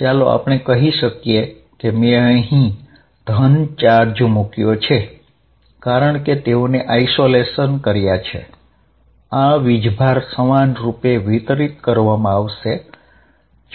ચાલો આપણે કહી શકીએ કે મેં અહીં ધન ચાર્જ મુક્યો છે કારણ કે તેઓને અલગ કર્યા છે આ વીજભાર સમાનરૂપે વિતરિત કરવામાં આવશે